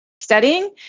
studying